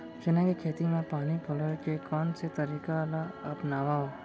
चना के खेती म पानी पलोय के कोन से तरीका ला अपनावव?